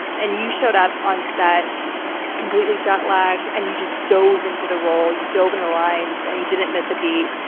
and you showed up on set completely jetlagged and you just dove into the role, you dove into and the lines and you didn't miss a beat.